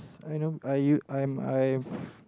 I you I you I'm I